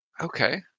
Okay